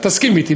אתה תסכים אתי,